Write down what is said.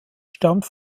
stammt